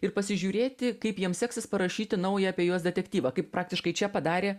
ir pasižiūrėti kaip jiems seksis parašyti naują apie juos detektyvą kaip praktiškai čia padarė